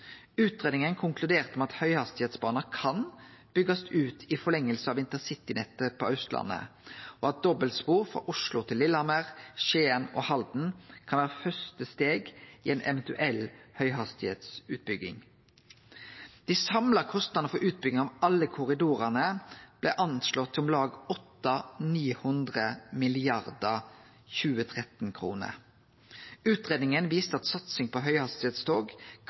med at høghastigheitsbane kan byggjast ut i forlenginga av intercitynettet på Austlandet, og at dobbeltspor frå Oslo til Lillehammer og til Skien og Halden kan vere første steg i ei eventuell høghastigheitsutbygging. Dei samla kostnadene for utbygging av alle korridorane blei anslåtte til om lag 800–900 mrd. 2013-kroner. Utgreiinga viste at satsing på høghastigheitstog